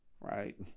Right